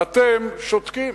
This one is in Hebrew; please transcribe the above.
ואתם שותקים.